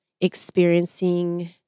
experiencing